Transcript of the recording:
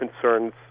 concerns